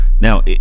Now